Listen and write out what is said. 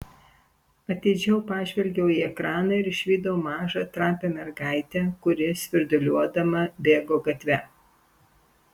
atidžiau pažvelgiau į ekraną ir išvydau mažą trapią mergaitę kuri svirduliuodama bėgo gatve